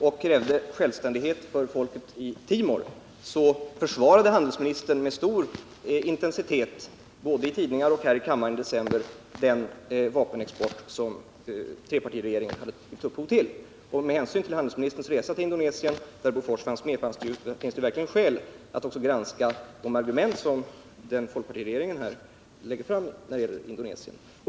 Detta skedde samtidigt som Sverige i FN uttryckte sitt fördömande av Indonesiens aggression mot Timor och krävde självständighet för folket i Timor. Med hänsyn till handelsministerns resa till Indonesien, där alltså även Bofors fanns med, finns det skäl att granska de argument som folkpartiregeringen lägger fram när det gäller Indonesien.